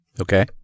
Okay